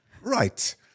Right